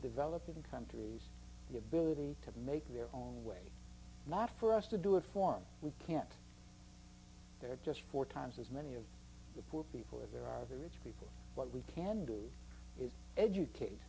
developing countries the ability to make their own way not for us to do it for me we can't they're just four times as many of the poor people are there are the rich people what we can do is educate